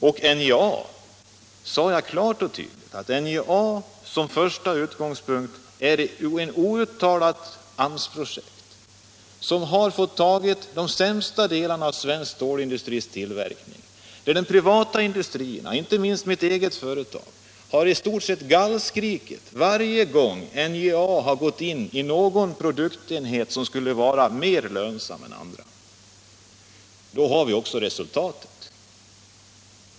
NJA är — det sade jag klart och tydligt — som första utgångspunkt ett outtalat AMS-projekt som fått ta de sämsta delarna av svensk stålindustris tillverkning. De privata industrierna — inte minst mitt eget företag — har i stort sett gallskrikit varje gång NJA gett sig på någon produktenhet som skulle vara mer lönsam än andra. Då får vi också ett sådant resultat som det nu aktuella.